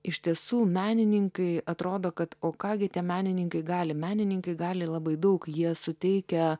iš tiesų menininkai atrodo kad o ką gi tie menininkai gali menininkai gali labai daug jie suteikia